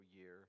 year